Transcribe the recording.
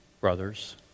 brothers